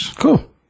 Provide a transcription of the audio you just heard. Cool